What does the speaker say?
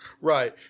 Right